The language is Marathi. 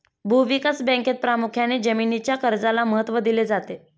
भूविकास बँकेत प्रामुख्याने जमीनीच्या कर्जाला महत्त्व दिले जाते